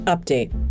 Update